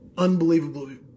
unbelievably